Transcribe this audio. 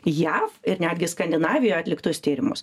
jav ir netgi skandinavijoj atliktus tyrimus